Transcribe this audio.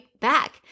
back